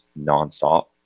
nonstop